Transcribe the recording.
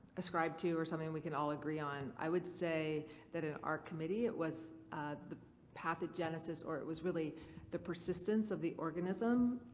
ascribe to or something we can all agree on? i would say that in our committee it was the pathogenesis or it was really the persistence of the organism,